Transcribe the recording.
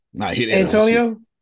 Antonio